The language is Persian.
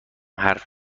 حرف